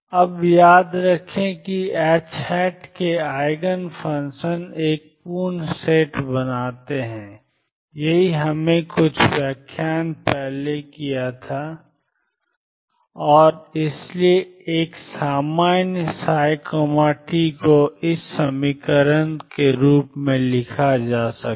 अब याद रखें कि H के Eigen फ़ंक्शन एक पूर्ण सेट बनाते हैं यही हमने कुछ व्याख्यान पहले किया था और इसलिए एक सामान्य ψrt को ∑Cnnrt∑Cnne iEnt के रूप में लिखा जा सकता है